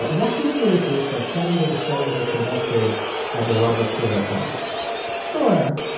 but walk me through this research starting with the study that you conducted at the robert taylor homes sure.